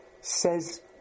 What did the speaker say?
says